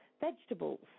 vegetables